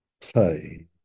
play